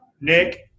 Nick